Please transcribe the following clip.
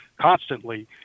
constantly